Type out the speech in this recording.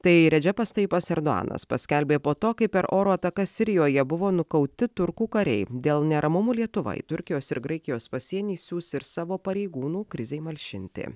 tai redžepas taipas erdoganas paskelbė po to kai per oro atakas sirijoje buvo nukauti turkų kariai dėl neramumų lietuvoje turkijos ir graikijos pasienį siųs ir savo pareigūnų krizei malšinti